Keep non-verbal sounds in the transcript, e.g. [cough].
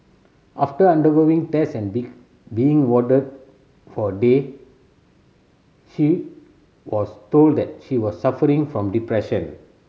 after undergoing test and [unintelligible] being warded for a day she was told that she was suffering from depression